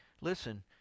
listen